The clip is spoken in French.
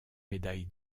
médaille